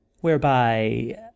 whereby